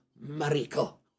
miracle